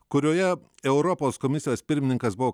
kurioje europos komisijos pirmininkas buvo